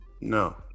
no